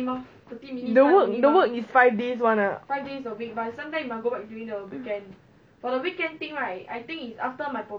your work your work is five days [one] ah